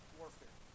warfare